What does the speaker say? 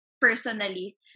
personally